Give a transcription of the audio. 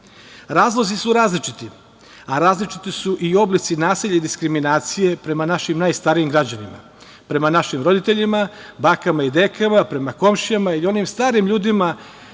Razlozi su različiti, a različiti su i oblici nasilja i diskriminacije prema našim najstarijim građanima, prema našim roditeljima, bakama i dekama, prema komšijama i onim starim ljudima